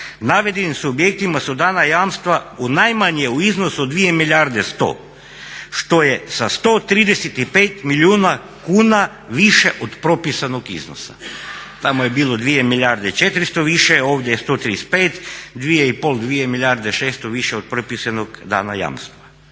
navedenim subjektima su dana jamstva najmanje u iznosu od 2 milijarde 100 što je sa 135 milijuna kuna više od propisanog iznosa. Tamo je bilo 2 milijarde i 400 više, ovdje je 135, 2,5, 2 milijarde 600 više od propisanog danog jamstva.